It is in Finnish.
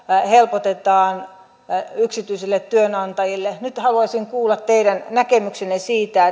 helpotetaan yksityisille työnantajille nyt haluaisin kuulla teidän näkemyksenne siitä